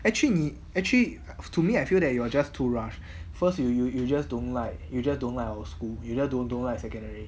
actually 你 actually to me I feel that you will just too rush first you you you just don't like you just don't our school you don't don't don't like secondary